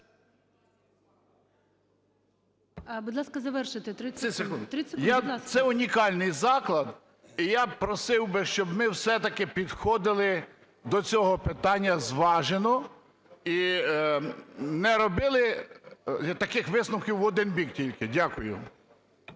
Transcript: Це унікальний заклад. І я просив би, щоб ми все-таки підходили до цього питання зважено і не робили таких висновків в один бік тільки. Дякую.